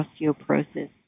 osteoporosis